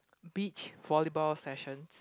beach volleyball sessions